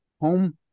home